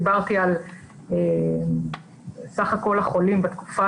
אם דיברתי על סך כל החולים בתקופה